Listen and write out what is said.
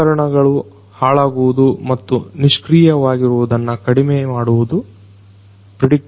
ಉಪಕರಣಗಳು ಹಾಳಾಗುವುದು ಮತ್ತು ನಿಷ್ಕ್ರಿಯವಾಗಿರುವುದನ್ನು ಕಡಿಮೆಮಾಡುವುದು ಪ್ರಿಡಿಕ್ಟಿವ್ ಮೆಂಟೆನನ್ಸ್ ನಿಂದ ಆಗುವ ಪ್ರಯೋಜನ